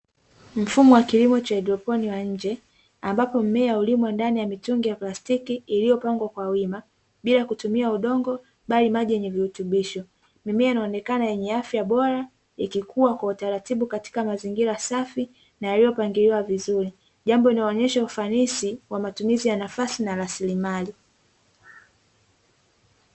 Mfumo wa kilimo cha haidroponi wa nje, ambapo mmea hulimwa ndani ya mitungi ya plastiki iliyopangwa kwa wima, bila kutumia udongo, bali maji yenye virutubisho. Mimea inaonekana yenye afya bora, ikikuwa kwa utaratibu katika mazingira safi na yaliopangiliwa vizuri. Jambo linaonesha ufanisi wa matumizi ya nafasi na rasilimali.